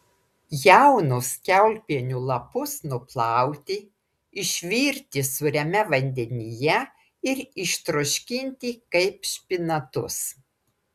jaunus kiaulpienių lapus nuplauti išvirti sūriame vandenyje ir ištroškinti kaip špinatus